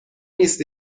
نیست